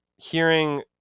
hearing